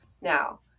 now